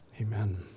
Amen